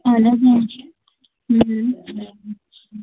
اَہَن حَظ